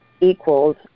equals